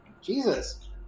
Jesus